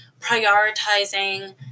prioritizing